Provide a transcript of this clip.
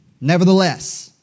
Nevertheless